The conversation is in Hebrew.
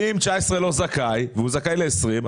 אם 2019 לא זכאי והוא זכאי ל-2020,